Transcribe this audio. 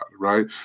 right